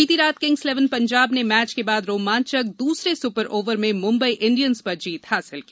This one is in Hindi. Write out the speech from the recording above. बीती रात किंग्स इलेवन पंजाब ने मैच के बाद रोमांचक दूसरे सुपर ओवर में मुंबई इंडियंस पर जीत हासिल की